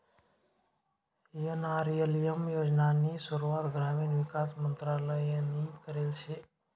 NRLM योजनानी सुरुवात ग्रामीण विकास मंत्रालयनी करेल शे